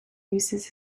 uses